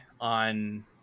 on